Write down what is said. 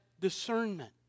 discernment